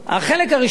החלק הראשון,